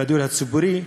והדיור הציבורי.